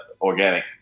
organic